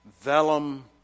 vellum